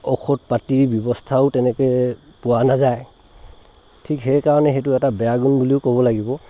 ঔষধ পাতিৰ ব্যৱস্থাও তেনেকৈ পোৱা নাযায় ঠিক সেইকাৰণে সেইটো এটা বেয়া গুণ বুলিও ক'ব লাগিব